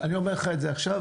אני אומר לך את זה עכשיו,